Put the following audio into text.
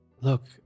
Look